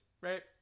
right